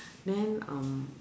then um